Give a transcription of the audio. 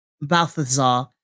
Balthazar